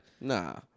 Nah